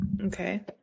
Okay